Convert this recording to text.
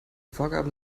vorgaben